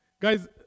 Guys